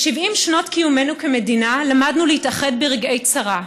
ב-70 שנות קיומנו כמדינה למדנו להתאחד ברגעי צרה,